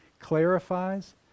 clarifies